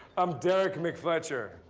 i'm derrick mcfletcher,